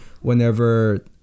whenever